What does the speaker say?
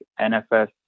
NFS